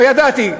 ידעתי.